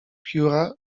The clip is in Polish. pióra